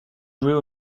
jouait